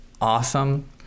awesome